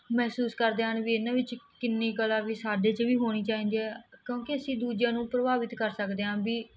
ਮਹਿਸੂਸ ਕਰਦੇ ਹਨ ਵੀ ਇਹਨਾਂ ਵਿੱਚ ਕਿੰਨੀ ਕਲਾ ਵੀ ਸਾਡੇ 'ਚ ਵੀ ਹੋਣੀ ਚਾਹੀਦੀ ਹੈ ਕਿਉਂਕਿ ਅਸੀਂ ਦੂਜਿਆਂ ਨੂੰ ਪ੍ਰਭਾਵਿਤ ਕਰ ਸਕਦੇ ਹਾਂ ਵੀ